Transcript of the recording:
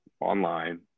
online